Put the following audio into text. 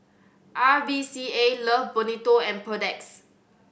R V C A Love Bonito and Perdix